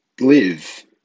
live